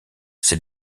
ses